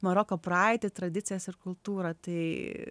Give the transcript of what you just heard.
maroko praeitį tradicijas ir kultūrą tai